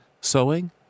sewing